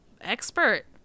expert